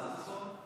נכון.